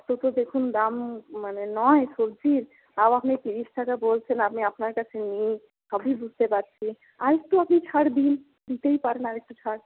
এতো তো দেখুন দাম মানে নয় সবজির তাও আপনি ত্রিশ টাকা বলছেন আমি আপনার কাছে নিই সবই বুঝতে পারছি আর একটু আপনি ছাড় দিন দিতেই পারেন আর একটু ছাড়